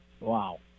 wow